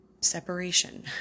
separation